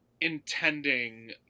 intending